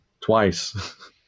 Twice